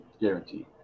guaranteed